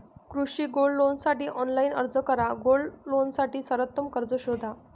कृषी गोल्ड लोनसाठी ऑनलाइन अर्ज करा गोल्ड लोनसाठी सर्वोत्तम कर्ज शोधा